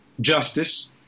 Justice